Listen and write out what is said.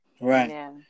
Right